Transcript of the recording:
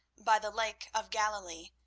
by the lake of galilee,